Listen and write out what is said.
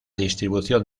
distribución